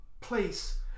Place